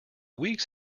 weeks